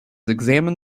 examined